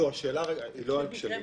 השאלה היא לא על כשלים.